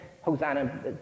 Hosanna